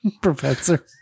Professor